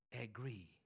Agree